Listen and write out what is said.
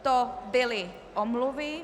To byly omluvy.